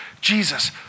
Jesus